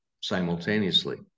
simultaneously